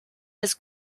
his